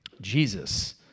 Jesus